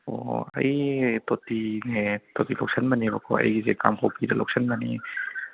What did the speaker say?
ꯑꯣ ꯑꯣ ꯑꯩ ꯇꯣꯇꯤꯅꯦ ꯇꯣꯇꯤ ꯂꯧꯁꯤꯟꯕꯅꯦꯕꯀꯣ ꯑꯩꯒꯤꯁꯦ ꯀꯥꯡꯄꯣꯛꯄꯤꯗ ꯂꯧꯁꯤꯟꯕꯅꯤ